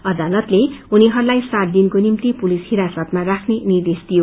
अदालतले उनीहरूलाई सात दिनको निभ्ति पुलिस हिरासतमा राख्ने निर्देश दियो